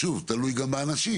שוב, תלוי גם באנשים.